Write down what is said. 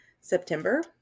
September